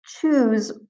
choose